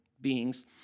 beings